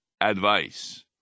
advice